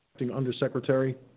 Undersecretary